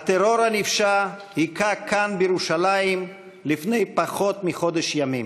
הטרור הנפשע הכה כאן בירושלים לפני פחות מחודש ימים,